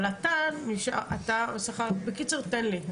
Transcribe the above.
אבל אתה -- בקיצור, תן לי.